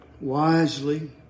wisely